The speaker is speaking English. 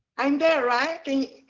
i'm there, right?